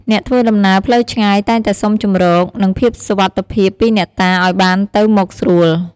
អ្នកធ្វើដំណើរផ្លូវឆ្ងាយតែងតែសុំជម្រក និងភាពសុវត្ថិភាពពីអ្នកតាឱ្យបានទៅមកស្រួល។